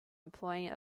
employing